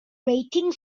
rating